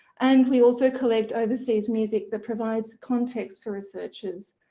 and we also collect overseas music that provides context to researchers,